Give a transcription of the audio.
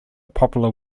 popular